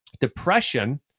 depression